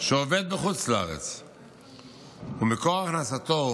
שעובד בחו"ל ומקור הכנסתו הוא